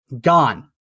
gone